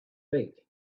beak